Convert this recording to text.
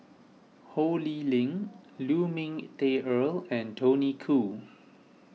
Ho Lee Ling Lu Ming Teh Earl and Tony Khoo